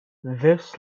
this